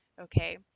okay